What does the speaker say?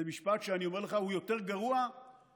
זה משפט, אני אומר לך, שהוא יותר גרוע מהמשפט: